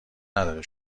نداره